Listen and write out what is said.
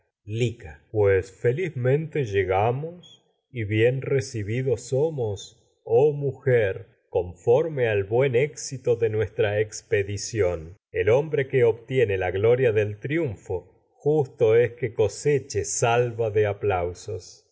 lica pues felizmente llegamos al y bien recibidos nuestra i somos oh mujer conforme que buen éxito de expedición el hombre justo es obtiene la gloria del triunfo que coseche salva de aplausos